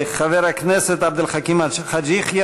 חבר הכנסת עבד אל חכים חאג' יחיא,